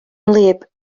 wlyb